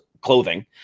clothing